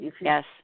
Yes